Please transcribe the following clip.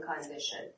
condition